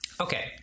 Okay